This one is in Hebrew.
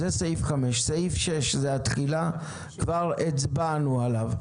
זה סעיף 5. סעיף 6 זה התחילה, כבר הצבענו עליו.